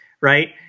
right